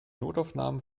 notaufnahmen